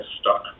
stuck